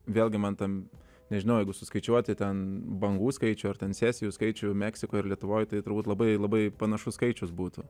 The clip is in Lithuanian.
vėlgi man ten nežinau jeigu suskaičiuoti ten bangų skaičių ar ten sesijų skaičių meksikoj ir lietuvoje tai turbūt labai labai panašus skaičius būtų